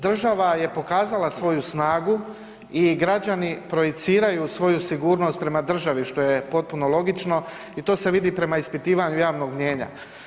Država je pokazala svoju snagu i građani projiciraju svoju sigurnost prema državi što je potpuno logično i to se vidi prema ispitivanju javnog mijenja.